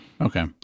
Okay